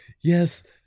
yes